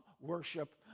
worship